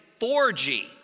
4G